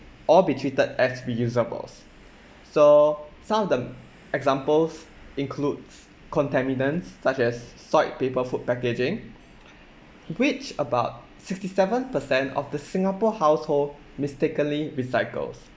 or be treated as reusables so some of them examples include contaminants such as soiled paper food packaging which about sixty seven per cent of the singapore household mistakenly recycles